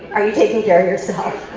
are you taking care of yourself?